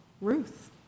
Ruth